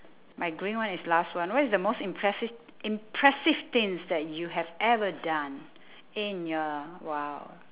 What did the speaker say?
my green one is last one what is the most impressive impressive things that you have ever done in your !wow!